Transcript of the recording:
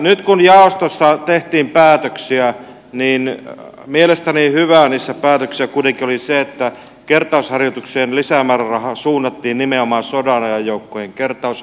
nyt kun jaostossa tehtiin päätöksiä niin mielestäni hyvää niissä päätöksissä kuitenkin oli se että kertausharjoituksien lisämääräraha suunnattiin nimenomaan sodanajan joukkojen kertausharjoituksiin